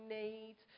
need